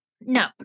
No